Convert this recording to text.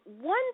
one